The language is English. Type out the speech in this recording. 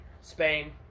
Spain